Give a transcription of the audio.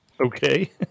Okay